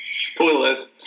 Spoilers